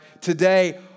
Today